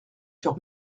sur